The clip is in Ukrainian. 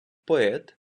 поет